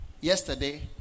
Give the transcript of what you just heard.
yesterday